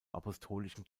apostolischen